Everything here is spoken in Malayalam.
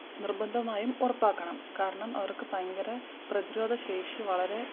നിർബന്ധമായും ഉറപ്പാക്കണം കാരണം അവർക്ക് ഭയങ്കര പ്രതിരോധശേഷി വളരെ